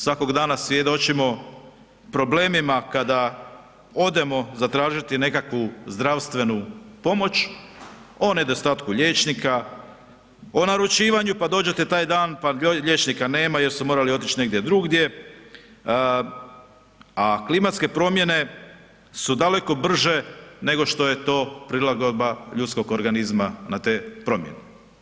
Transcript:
Svakog dana svjedočimo problemima kada odemo zatražiti nekakvu zdravstvenu pomoć, o nedostatku liječnika, o naručivanju, pa dođete taj dan, pa liječnika nema jer su morali otić negdje drugdje, a klimatske promjene su daleko brže nego što je to prilagodba ljudskog organizma na te promjene.